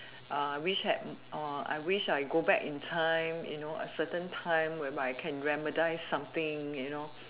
uh I wish had oh I wish I go back in time you know a certain time whereby I can reminisce something you know